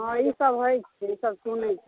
हँ ईसभ होइ छै ई सभ सुनने छिऐ